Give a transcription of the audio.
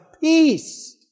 peace